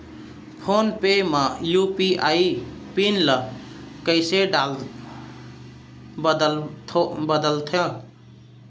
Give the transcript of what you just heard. Phone पे म UPI pin ल कइसे बदलथे?